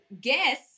Guess